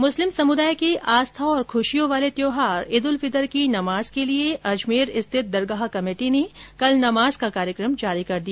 मुस्लिम समुदाय के आस्था और ख्रशियों वाले त्यौहार ईद्लफितर की नमाज के लिये अजमेर स्थित दरगाह कमेटी ने कल नमाज का कार्यक्रम जारी कर दिया